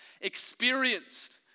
experienced